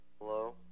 Hello